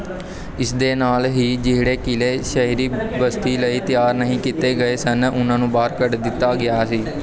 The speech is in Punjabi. ਇਸ ਦੇ ਨਾਲ ਹੀ ਜਿਹੜੇ ਕਿਲ੍ਹੇ ਸ਼ਹਿਰੀ ਬਸਤੀ ਲਈ ਤਿਆਰ ਨਹੀਂ ਕੀਤੇ ਗਏ ਸਨ ਉਨ੍ਹਾਂ ਨੂੰ ਬਾਹਰ ਕੱਢ ਦਿੱਤਾ ਗਿਆ ਸੀ